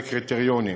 בהתאם לקריטריונים,